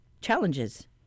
challenges